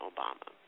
Obama